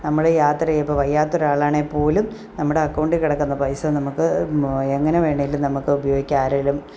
നമ്മുടെ യാത്രയിൽ ഇപ്പോൾ വയ്യാത്ത ഒരാളാണേ പോലും നമ്മുടെ അക്കൗണ്ടിൽ കിടക്കുന്ന പൈസ നമുക്ക് എങ്ങനെ വേണമെങ്കിലും നമുക്ക് ഉപയോഗിക്കാം ആരെങ്കിലും